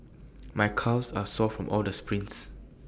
my calves are sore from all the sprints